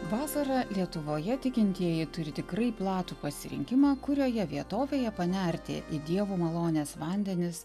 vasarą lietuvoje tikintieji turi tikrai platų pasirinkimą kurioje vietovėje panerti į dievo malonės vandenis